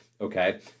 okay